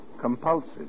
compulsive